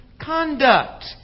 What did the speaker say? conduct